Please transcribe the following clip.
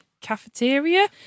cafeteria